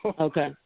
Okay